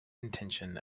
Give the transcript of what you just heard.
intention